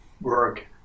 work